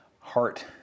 heart